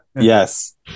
Yes